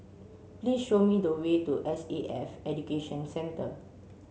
please show me the way to S A F Education Centre